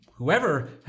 Whoever